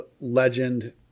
legend